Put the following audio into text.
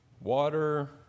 water